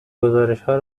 گزارشهای